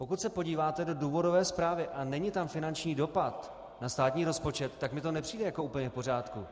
Pokud se podíváte do důvodové zprávy a není tam finanční dopad na státní rozpočet, tak mi to nepřijde jako úplně v pořádku.